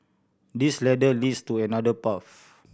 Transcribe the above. this ladder leads to another path